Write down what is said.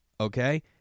okay